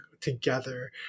together